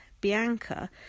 Bianca